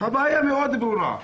הבעיה מאוד ברורה: